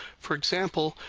for example,